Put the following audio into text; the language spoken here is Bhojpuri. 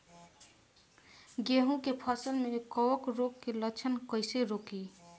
गेहूं के फसल में कवक रोग के लक्षण कईसे रोकी?